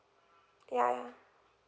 yeah yeah